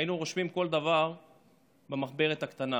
היינו רושמים כל דבר במחברת הקטנה.